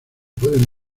puede